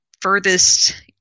furthest